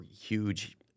huge